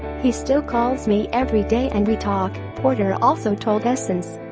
he still calls me every day and we talk, porter also told essence.